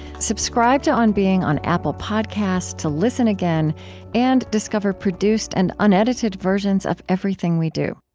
subscribe to on being on apple podcasts to listen again and discover produced and unedited versions of everything we do